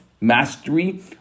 mastery